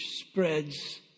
spreads